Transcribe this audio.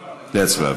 הצבעה.